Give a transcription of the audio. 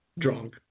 drunk